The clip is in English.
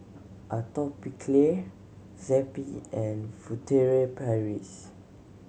Atopiclair Zappy and Furtere Paris